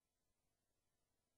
אני קובע כי